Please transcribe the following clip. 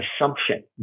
assumption